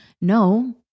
No